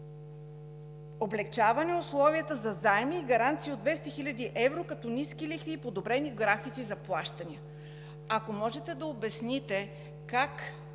Облекчаване условията за заеми и гаранция от 200 хил. евро като ниски лихви и подобрени графици за плащания. Ако можете да обясните как